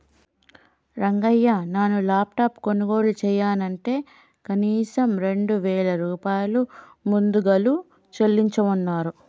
రంగయ్య నాను లాప్టాప్ కొనుగోలు చెయ్యనంటే కనీసం రెండు వేల రూపాయలు ముదుగలు చెల్లించమన్నరు